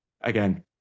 Again